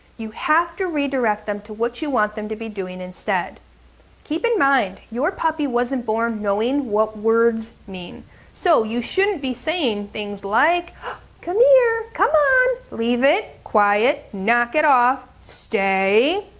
you have to redirect them to what you want them to be doing instead keep in mind your puppy wasn't born knowing what words mean so you shouldn't be saying things like come here, come on, leave it, quiet, knock it off, stay,